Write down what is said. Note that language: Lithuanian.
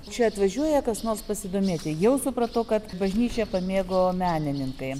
čia atvažiuoja kas nors pasidomėti jau supratau kad bažnyčią pamėgo menininkai